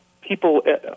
people